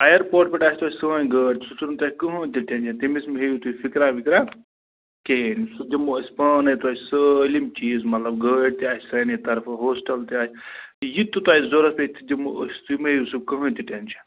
airport پٮ۪ٹھٕ آسہِ تۄہہِ سٲنۍ گٲڑۍ سُہ چھُنہٕ تۄہہِ کٔہٕنٛۍ تہِ ٹٮ۪نشَن تٔمِس مہٕ ہیٚیِو تُہۍ فِکرا وِکرا کِہیٖنٛۍ سُہ دِمَہو أسۍ پانٕے تۄہہِ سٲلِم چیٖز مطلب گٲڑۍ تہِ آسہِ سانی طرفہٕ ہوسٹَل تہِ آسہِ یِتہِ تۄہہِ ضروٗرت پیٚیہِ تِہ دِمَو أسۍ تُہۍ مہٕ ہیٚیِو سُہ کٔہٕنٛۍ تہِ ٹٮ۪نشَن